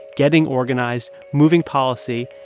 getting organized, moving policy,